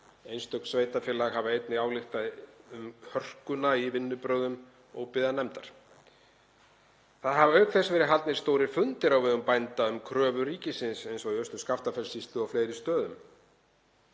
Einstök sveitarfélög hafa einnig ályktað um hörkuna í vinnubrögðum óbyggðanefndar. Það hafa auk þess verið haldnir stórir fundir á vegum bænda um kröfu ríkisins, eins og í Austur-Skaftafellssýslu og á fleiri stöðum.